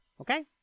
Okay